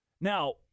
Now